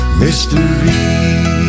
mystery